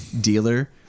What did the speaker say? dealer